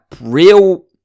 real